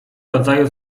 rodzaju